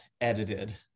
edited